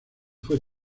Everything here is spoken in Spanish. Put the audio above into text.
fue